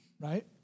right